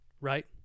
right